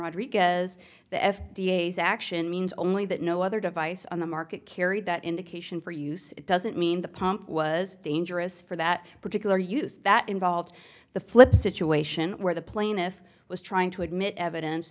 rodriguez the f d a is action means only that no other device on the market carried that indication for use it doesn't mean the pump was dangerous for that particular use that involved the flip situation where the plaintiff was trying to admit evidence